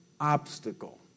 obstacle